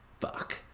fuck